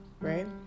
right